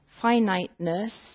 finiteness